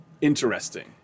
Interesting